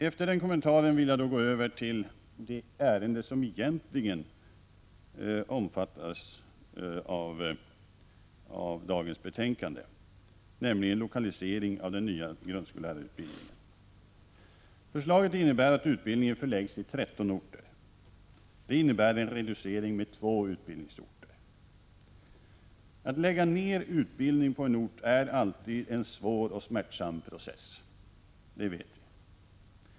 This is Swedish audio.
Efter den kommentaren vill jag gå över till det ärende som egentligen omfattas av dagens betänkande, nämligen lokalisering av den nya grundskollärarutbildningen. Enligt förslaget förläggs utbildningen till 13 orter. Det innebär en reducering med två utbildningsorter. Att lägga ned utbildning på en ort är alltid en svår och smärtsam process, det vet vi.